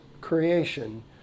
creation